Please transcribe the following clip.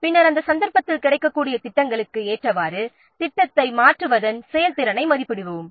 பின்னர் அப்போது கிடைக்கக்கூடிய திட்டங்களுக்கு ஏற்றவாறு திட்டத்தை மாற்றுவதன் செயல்திறனை மதிப்பிடுவோம்